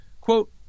quote